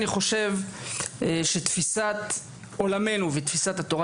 אני חושב שתפיסת עולמנו ותפיסת התורה